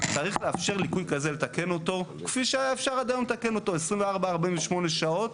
צריך לאפשר ליקוי כזה לתקן אותו כפי שאפשר היום לתקן אותו 24-48 שעות.